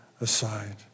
aside